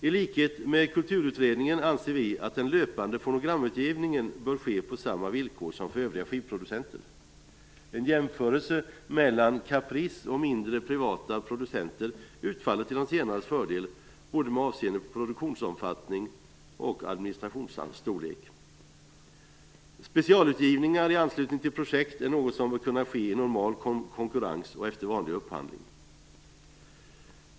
I likhet med Kulturutredningen anser vi att den löpande fonogramutgivningen bör ske på samma villkor som för övriga skivproducenter. En jämförelse mellan Caprice och mindre privata producenter utfaller till de senares fördel både med avseende på produktionsomfattning och administrationsstorlek. Specialutgivningar i anslutning till projekt är något som bör kunna ske i normal konkurrens och efter vanlig upphandling.